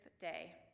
day